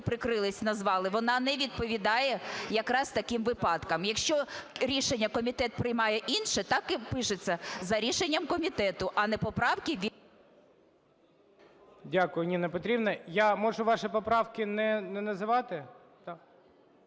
прикрились, назвали, вона не відповідає якраз таким випадкам. Якщо рішення комітет приймає інше, так і пишеться: "За рішенням комітету", а не поправки… ГОЛОВУЮЧИЙ. Дякую, Ніна Петрівна. Я можу ваші поправки не називати?